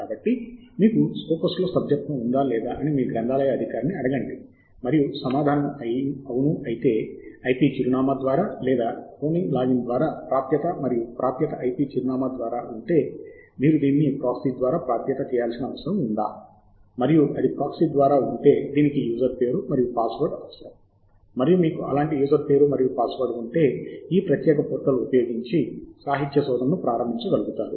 కాబట్టి మీకు స్కోపస్ లో సభ్యత్వం ఉందా లేదా అని మీ గ్రంధాలయ అధికారి ని అడగండి మరియు సమాధానము అవును అయితే IP చిరునామా ద్వారా లేదా రోమింగ్ లాగిన్ ద్వారా ప్రాప్యత మరియు ప్రాప్యత IP చిరునామా ద్వారా ఉంటే మీరు దీన్ని ప్రాక్సీ ద్వారా ప్రాప్యత చేయాల్సిన అవసరం ఉందా మరియు అది ప్రాక్సీ ద్వారా ఉంటే దీనికి యూజర్ పేరు మరియు పాస్వర్డ్ అవసరం మరియు మీకు అలాంటి యూజర్ పేరు మరియు పాస్వర్డ్ ఉంటే ఈ ప్రత్యేక పోర్టల్ ఉపయోగించి సాహిత్య శోధనను ప్రారంభించగలుగుతారు